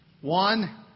One